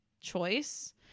choice